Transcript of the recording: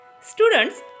Students